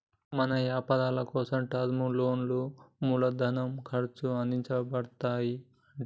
మన యపారాలకోసం టర్మ్ లోన్లా మూలదిన ఖర్చు అందించబడతాయి అంటి